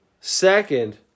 Second